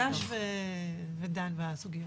הוא נפגש ודן בסוגיות.